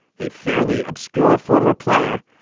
a fairly obscure former player.